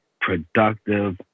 productive